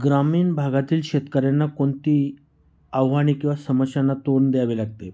ग्रामीण भागातील शेतकऱ्यांना कोणती आह्वाने किंवा समस्यांना तोंड द्यावे लागते